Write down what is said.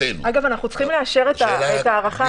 אנחנו צריכים לאשר את ההארכה הזאת?